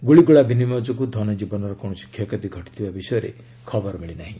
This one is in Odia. ଗୁଳିଗୋଳା ବିନିମୟ ଯୋଗୁଁ ଧନଜୀବନର କୌଣସି କ୍ଷୟକ୍ଷତି ଘଟିଥିବା ବିଷୟରେ ଖବର ମିଳିନାହିଁ